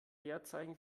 leerzeichen